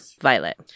Violet